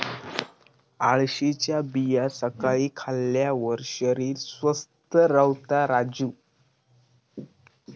अळशीच्या बिया सकाळी खाल्ल्यार शरीर स्वस्थ रव्हता राजू